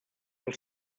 els